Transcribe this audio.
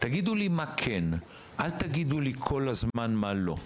תגידו לי מה כן, אל תגידו לי כל הזמן מה לא.